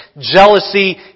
jealousy